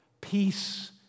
Peace